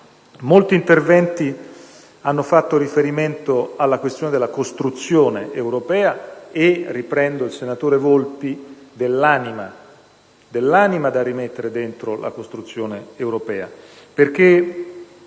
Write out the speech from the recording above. Molti interventi hanno fatto riferimento alla questione della costruzione europea e - riprendo un passaggio del senatore Volpi - dell'anima da rimettere dentro la costruzione europea. Credo